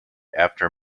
after